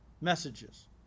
messages